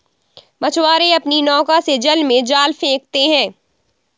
मछुआरे अपनी नौका से जल में जाल फेंकते हैं